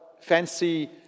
fancy